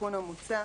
בתיקון המוצע,